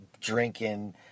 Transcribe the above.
drinking